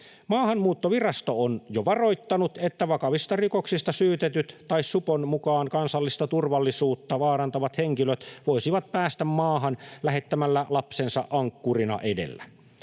Maahanmuuttovirasto on jo varoittanut, että vakavista rikoksista syytetyt tai supon mukaan kansallista turvallisuutta vaarantavat henkilöt voisivat päästä maahan lähettämällä lapsensa ankkurina edellä.